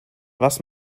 was